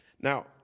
Now